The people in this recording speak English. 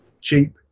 cheap